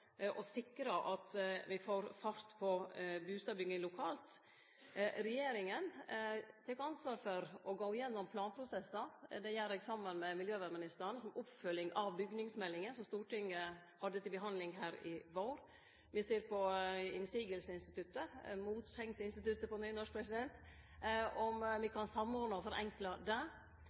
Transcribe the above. og tomteareal og sikre at me får fart på bustadbygginga lokalt. Regjeringa tek ansvar for å gå gjennom planprosessar. Det gjer eg saman med miljøvernministeren når det gjeld oppfølginga av byggjemeldinga, som Stortinget fekk til behandling i vår. Me ser på